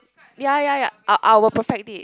ya ya ya I I'll perfect it